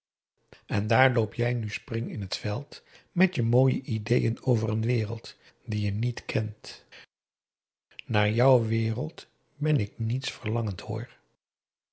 en daar loop jij nu spring in t veld met je mooie ideeën over een wereld die je niet kent naar jou wereld ben ik niets verlangend hoor